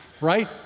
Right